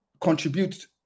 contribute